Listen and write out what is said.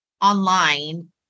online